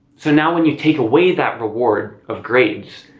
so now when you take away that reward of grades,